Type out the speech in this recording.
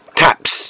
taps